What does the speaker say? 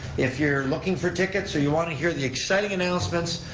if you're looking for tickets or you want to hear the exciting announcements,